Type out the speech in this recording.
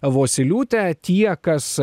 vosyliūte tie kas